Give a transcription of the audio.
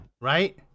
Right